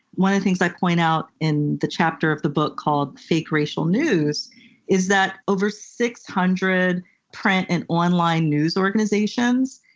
one of the things i point out in the chapter of the book called fake racial news is that over six hundred print and online news organizations,